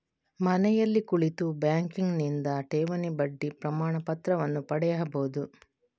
ಮನೆಯಲ್ಲಿ ಕುಳಿತು ಬ್ಯಾಂಕಿನಿಂದ ಠೇವಣಿ ಬಡ್ಡಿ ಪ್ರಮಾಣಪತ್ರವನ್ನು ಪಡೆಯಬಹುದು